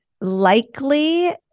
likely